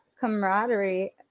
camaraderie